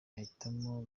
ahitamo